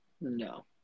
No